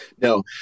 no